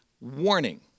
warning